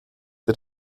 wir